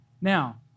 Now